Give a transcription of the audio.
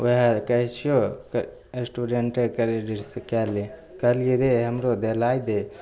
वएह कहय छियौ स्टूडेंटे क्रेडिटसँ कए ले कहलियै रे हमरो देलाय दे